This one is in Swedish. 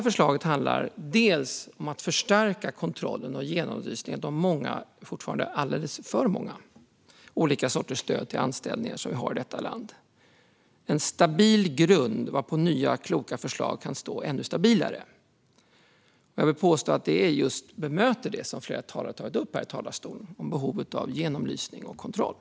Förslaget handlar om att förstärka kontrollen och genomlysningen av de många - fortfarande alldeles för många - olika sorters stöd till anställning som vi har i detta land. Det utgör en stabil grund varpå nya kloka förslag kan stå ännu stabilare. Jag vill påstå att det bemöter sådant som flera talare har tagit upp i dag, det vill säga behovet av genomlysning och kontroll.